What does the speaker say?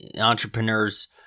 entrepreneurs